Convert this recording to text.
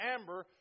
Amber